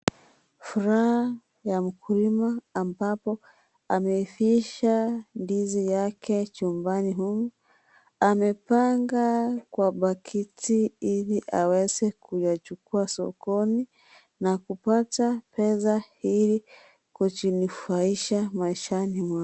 Furaha ya mkulima ambapo amevisha ndizi yake chumbani humu, amepanga Kwa pakiti ili aweze kuyachukua sokoni na kupata pesa ili kujinufaisha maishani mwake.